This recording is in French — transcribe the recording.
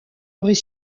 aurait